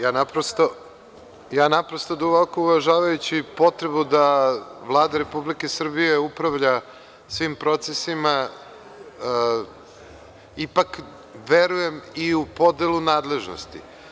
Ja naprosto duboko uvažavajući potrebu da Vlada Republike Srbije upravlja svim procesima ipak verujem i u podelu nadležnosti.